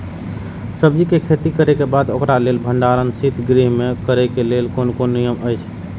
सब्जीके खेती करे के बाद ओकरा लेल भण्डार शित गृह में करे के लेल कोन कोन नियम अछि?